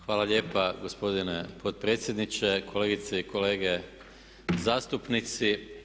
Hvala lijepa gospodine potpredsjedniče, kolegice i kolege zastupnici.